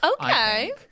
Okay